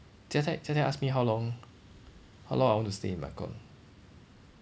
jia tai jia tai ask me how long how long I want to stay in micron